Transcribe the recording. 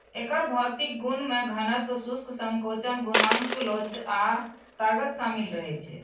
एकर भौतिक गुण मे घनत्व, शुष्क संकोचन गुणांक लोच आ ताकत शामिल रहै छै